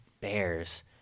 bears